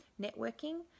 networking